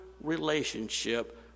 relationship